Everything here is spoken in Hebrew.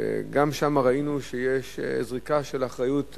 וגם שם ראינו שיש זריקה של אחריות,